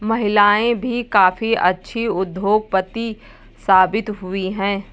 महिलाएं भी काफी अच्छी उद्योगपति साबित हुई हैं